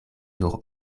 nur